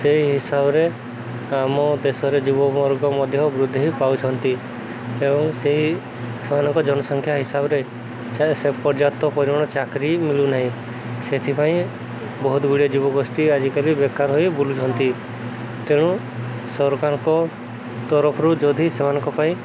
ସେହି ହିସାବରେ ଆମ ଦେଶରେ ଯୁବବର୍ଗ ମଧ୍ୟ ବୃଦ୍ଧି ପାଉଛନ୍ତି ତେଣୁ ସେହି ସେମାନଙ୍କ ଜନସଂଖ୍ୟା ହିସାବରେ ସେ ପର୍ଯ୍ୟାପ୍ତ ପରିମାଣ ଚାକିରି ମିଳୁନାହିଁ ସେଥିପାଇଁ ବହୁତ ଗୁଡ଼ିଏ ଯୁବଗୋଷ୍ଠୀ ଆଜିକାଲି ବେକାର ହୋଇ ବୁଲୁଛନ୍ତି ତେଣୁ ସରକାରଙ୍କ ତରଫରୁ ଯଦି ସେମାନଙ୍କ ପାଇଁ